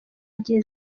igihe